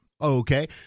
Okay